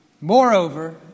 Moreover